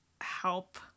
help